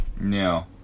No